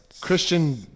Christian